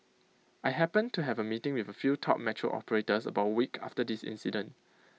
I happened to have A meeting with A few top metro operators about A week after this incident